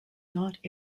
not